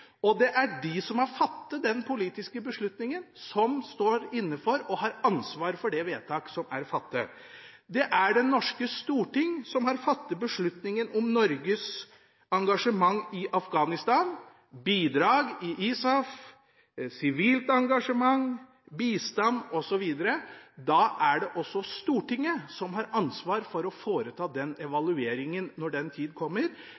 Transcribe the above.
beslutning. Det er de som har fattet den politiske beslutningen, som står inne for og har ansvar for det vedtak som er fattet. Det er Det norske storting som har fattet beslutningen om Norges engasjement i Afghanistan, bidrag i ISAF, sivilt engasjement, bistand osv. Da er det også Stortinget som har ansvar for å foreta den evalueringen når den tid kommer.